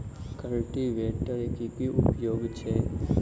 Cultivator केँ की उपयोग छैक?